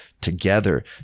together